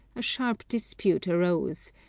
a sharp dispute arose,